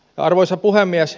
arvoisa puhemies